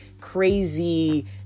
crazy